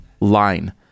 line